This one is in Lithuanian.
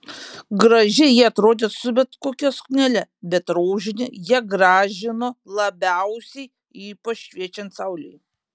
gražiai ji atrodė su bet kokia suknele bet rožinė ją gražino labiausiai ypač šviečiant saulei